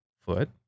foot